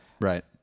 right